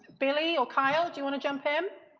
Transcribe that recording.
billie or kyle, do you want to jump in?